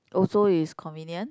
also is convenient